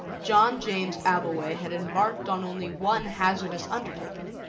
john james abbleway had embarked on only one hazardous undertaking,